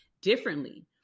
differently